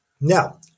Now